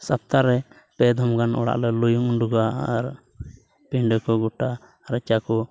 ᱥᱚᱯᱛᱟ ᱨᱮ ᱯᱮ ᱫᱷᱟᱢ ᱜᱟᱱ ᱚᱲᱟᱜ ᱞᱮ ᱞᱩᱭᱩᱢ ᱩᱰᱩᱠᱟ ᱟᱨ ᱯᱤᱸᱰᱟᱹ ᱠᱚ ᱜᱚᱴᱟ ᱨᱟᱪᱟ ᱠᱚ